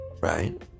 Right